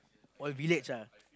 all village ah